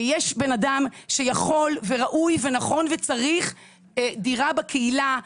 יש בן אדם שיכול וראוי ונכון וצריך דירה בקהילה.